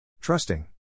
Trusting